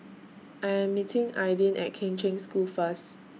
I Am meeting Aidyn At Kheng Cheng School First